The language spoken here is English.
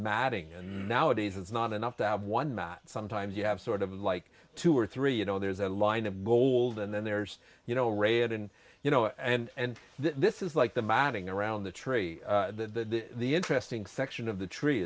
matting and nowadays it's not enough to have one mat sometimes you have sort of like two or three you know there's a line of gold and then there's you know red and you know and this is like the matting around the tree the the interesting section of the tree